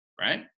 right